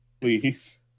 please